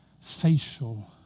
facial